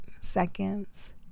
seconds